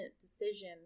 decision